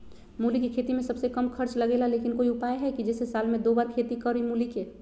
मूली के खेती में सबसे कम खर्च लगेला लेकिन कोई उपाय है कि जेसे साल में दो बार खेती करी मूली के?